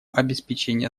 обеспечения